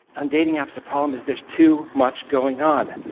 on dating apps, the problem is there's too much going on.